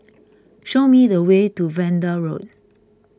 show me the way to Vanda Road